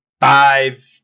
five